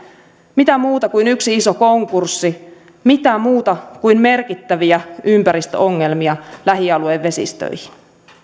mitä muuta kuin yksi iso konkurssi mitä muuta kuin merkittäviä ympäristöongelmia lähialueen vesistöihin